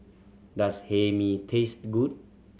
does Hae Mee taste good